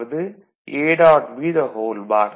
B பார்